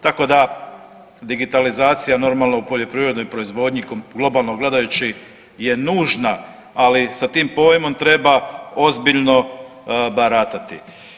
Tako da digitalizacija, normalno, u poljoprivrednom proizvodnji globalno gledajući je nužna, ali sa tim pojmom treba ozbiljno baratati.